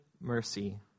mercy